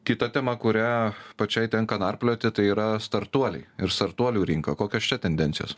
kita tema kurią pačiai tenka narplioti tai yra startuoliai ir startuolių rinka kokios čia tendencijos